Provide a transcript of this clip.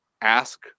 ask